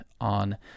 on